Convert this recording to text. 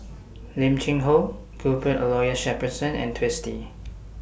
Lim Cheng Hoe Cuthbert Aloysius Shepherdson and Twisstii